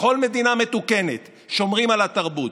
בכל מדינה מתוקנת שומרים על התרבות,